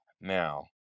now